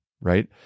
right